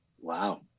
Wow